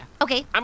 Okay